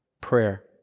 prayer